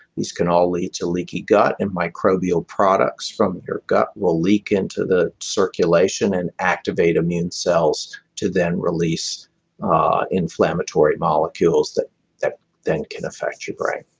these can all lead to leaky gut and microbial products from your gut will leak into the circulation and activate immune cells to then release inflammatory molecules that that then can affect your brain